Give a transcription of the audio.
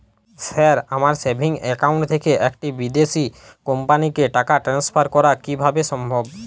Sir আমার savings account থেকে একটি বিদেশি কোম্পানিকে টাকা ট্রান্সফার করা কীভাবে সম্ভব?